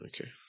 Okay